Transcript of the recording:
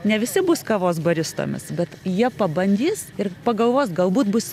ne visi bus kavos baristomis bet jie pabandys ir pagalvos galbūt bus